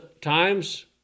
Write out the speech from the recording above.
times